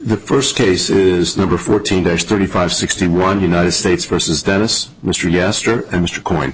the first case is number fourteen days thirty five sixty one united states versus dennis mr yesterday and mr c